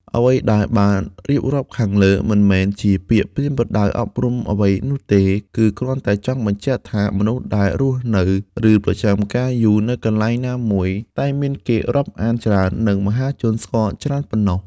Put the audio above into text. អ្វីដែលបានរៀបរាប់ខាងលើ មិនមែនជាពាក្យប្រៀនប្រដៅអប់រំអ្វីនោះទេ គឺគ្រាន់តែចង់បញ្ជាក់ថា មនុស្សដែលរស់នៅ ឬប្រចាំការយូរនៅកន្លែងណាមួយ តែងមានគេរាប់អានច្រើន និងមហាជនស្គាល់ច្រើនប៉ុណ្ណោះ។